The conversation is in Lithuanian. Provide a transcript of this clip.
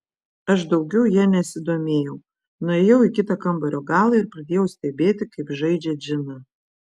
aš daugiau ja nesidomėjau nuėjau į kitą kambario galą ir pradėjau stebėti kaip žaidžia džiną